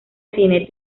cine